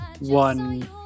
one